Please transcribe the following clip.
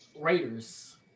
Raiders